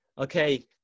Okay